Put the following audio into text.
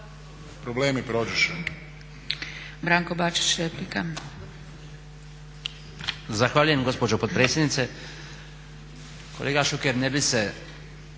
problemi prođoše.